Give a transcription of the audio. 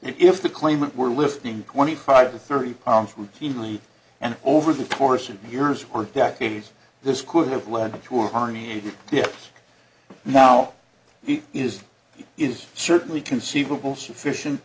if the claimant were listening twenty five to thirty pounds routinely and over the course of years or decades this could have led to our need now he is he is certainly conceivable sufficient